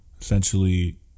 essentially